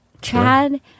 Chad